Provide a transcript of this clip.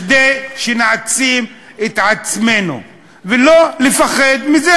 כדי שנעצים את עצמנו, ולא לפחד מזה.